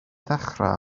ddechrau